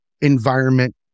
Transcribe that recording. environment